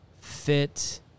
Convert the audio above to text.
fit